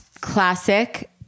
Classic